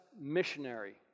missionary